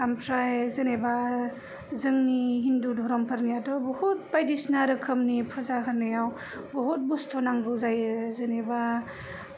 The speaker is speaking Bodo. ओमफ्राय जेनोबा जोंनि हिन्दु धोरोमफोरनियाथ' बहुत बायदिसिना रोखोमनि फुजा होनायाव बहुत बस्थु नांगौ जायो जेनोबा